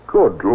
Good